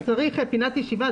אתה צריך פינת ישיבה,